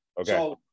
Okay